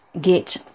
get